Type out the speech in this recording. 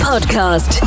podcast